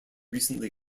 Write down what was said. recently